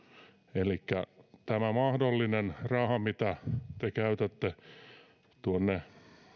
elikkä tämä mahdollinen raha mitä te käytätte tuonne